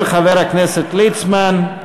של חבר הכנסת ליצמן.